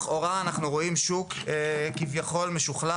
לכאורה אנחנו רואים שוק שהוא כביכול משוכלל